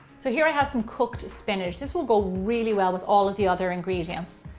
so here i have some cooked spinach, this will go really well with all of the other ingredients.